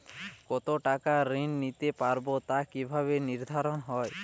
কতো টাকা ঋণ নিতে পারবো তা কি ভাবে নির্ধারণ হয়?